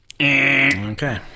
Okay